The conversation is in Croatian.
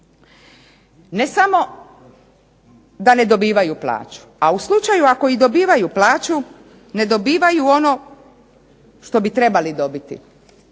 Ne samo da ne dobivaju plaću, a u slučaju ako i dobivaju plaću ne dobivaju ono što bi trebali dobiti.